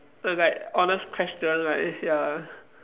no like honest question like ya